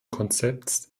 konzepts